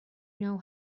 know